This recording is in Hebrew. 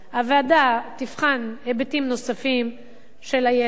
הוועדה תבחן היבטים נוספים של הילד,